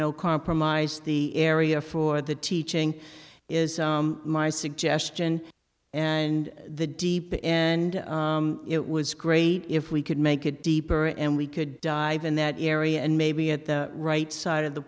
know compromise the area for the teaching is my suggestion and the deep in and it was great if we could make it deeper and we could dive in that area and maybe at the right side of the